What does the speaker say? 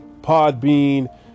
Podbean